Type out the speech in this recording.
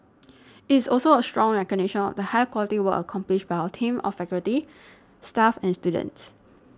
it is also a strong recognition of the high quality work accomplished by our team of faculty staff and students